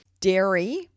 Dairy